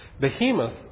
Behemoth